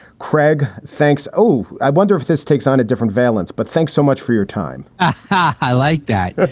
craig, thanks. oh, i wonder if this takes on a different valence. but thanks so much for your time i like that. that.